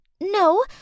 No